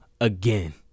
again